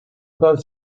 both